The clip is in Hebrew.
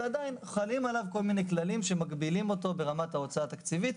ועדיין חלים עליו כל מיני כללים שמגבילים אותו ברמת ההוצאה התקציבית.